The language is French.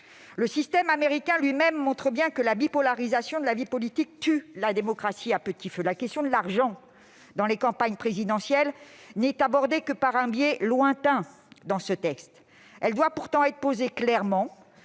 Le système américain lui-même montre bien que la bipolarisation de la vie politique tue la démocratie à petit feu. La question de l'argent dans les campagnes présidentielles n'est abordée dans ce texte que par un biais lointain ; elle doit pourtant être posée clairement.